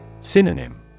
Synonym